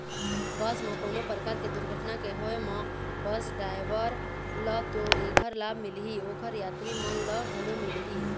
बस म कोनो परकार के दुरघटना के होय म बस डराइवर ल तो ऐखर लाभ मिलही, ओखर यातरी मन ल घलो मिलही